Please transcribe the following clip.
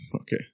Okay